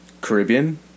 Caribbean